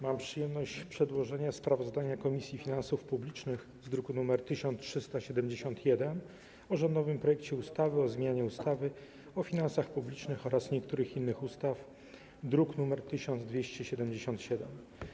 Mam przyjemność przedłożenia sprawozdania Komisji Finansów Publicznych z druku nr 1371 o rządowym projekcie ustawy o zmianie ustawy o finansach publicznych oraz niektórych innych ustaw, druk nr 1277.